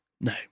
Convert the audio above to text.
No